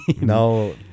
No